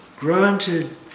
Granted